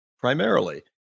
primarily